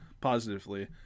positively